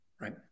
right